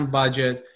budget